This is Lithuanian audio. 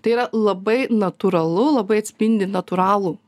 tai yra labai natūralu labai atspindi natūralų